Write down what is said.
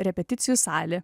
repeticijų salė